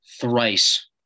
thrice